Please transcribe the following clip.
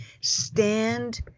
stand